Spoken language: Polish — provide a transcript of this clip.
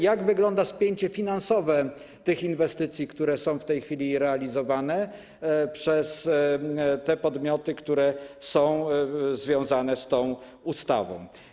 Jak wygląda spięcie finansowe tych inwestycji, które są w tej chwili realizowane przez podmioty, które są związane z tą ustawą?